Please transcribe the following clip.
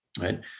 right